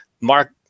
Mark